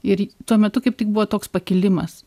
ir tuo metu kaip tik buvo toks pakilimas